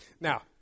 Now